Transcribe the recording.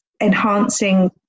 enhancing